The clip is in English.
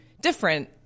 different